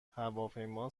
هواپیما